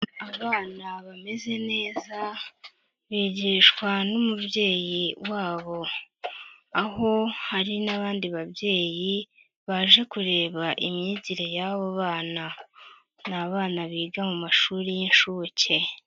Abana bameze neza bigishwa n'umubyeyi wabo, aho hari n'abandi babyeyi baje kureba imyigire y'abo bana , ni abana biga mu mashuri y'inshuke.